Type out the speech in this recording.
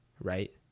right